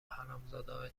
حرامزادههای